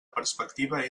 perspectiva